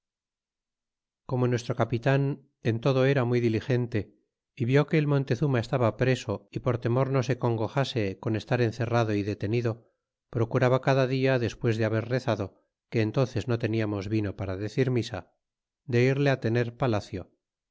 como nuestro capitan en todo era muy diligente y vi que el montezuma estaba preso y por temor no se congojase con estar encerrado y detenido procuraba cada dia despues de haber rezado que entánces no teníamos vino para decir misa de irle tener palacio